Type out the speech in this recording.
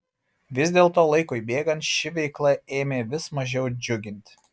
vis dėlto laikui bėgant ši veikla ėmė vis mažiau džiuginti